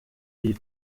iyi